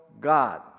God